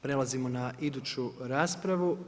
Prelazimo na iduću raspravu.